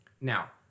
Now